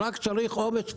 צריך רק אומץ פוליטי.